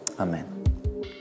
Amen